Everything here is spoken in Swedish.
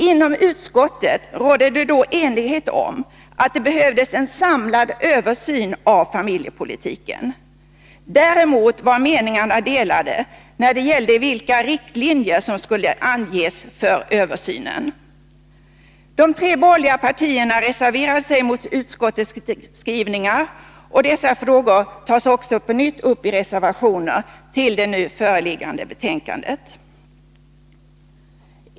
Inom utskottet rådde då enighet om att det behövdes en samlad översyn av familjepolitiken. Däremot var meningarna delade när det gällde vilka riktlinjer som skulle anges för översynen. De tre borgerliga partierna reserverade sig mot utskottets skrivningar, och dessa frågor tas nu på nytt upp i reservationer till det nu föreliggande betänkandet.